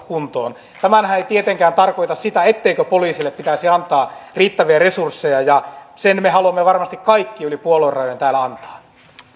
kuntoon tämähän ei tietenkään tarkoita sitä etteikö poliisille pitäisi antaa riittäviä resursseja ja sen me haluamme varmasti kaikki yli puoluerajojen täällä antaa